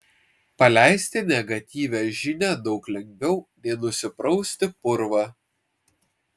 paleisti negatyvią žinią daug lengviau nei nusiprausti purvą